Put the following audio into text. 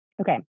Okay